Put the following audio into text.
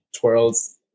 twirls